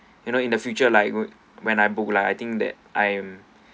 you know in the future like when when I book like I think that I am